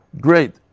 Great